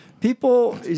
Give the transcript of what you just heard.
People